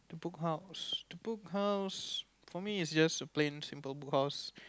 Book House the Book House for me it's just a plain simple Book House